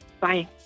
Bye